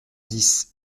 dix